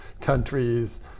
countries